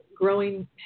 growing